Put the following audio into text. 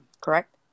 correct